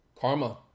Karma